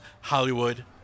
Hollywood